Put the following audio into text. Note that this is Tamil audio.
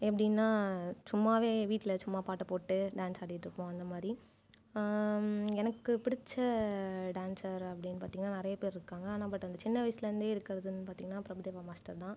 எப்படின்னா சும்மாவே வீட்டில் சும்மா பாட்ட போட்டு டான்ஸ் ஆடிக்கிட்டு இப்போம் அந்த மாதிரி எனக்கு பிடிச்ச டான்சர் அப்படின்னு பார்த்தீங்கன்னா நிறைய பேரு இருக்காங்கள் ஆனால் பட் அந்த சின்ன வயசுல இருந்தே இருக்குறதுன்னு பார்த்தீங்கன்னா பிரபு தேவா மாஸ்டர் தான்